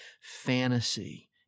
fantasy